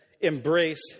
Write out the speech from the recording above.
Embrace